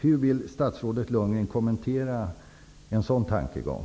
Hur vill statsrådet Lundgren kommentera en sådan tankegång?